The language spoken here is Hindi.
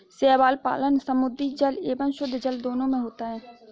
शैवाल पालन समुद्री जल एवं शुद्धजल दोनों में होता है